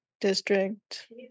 District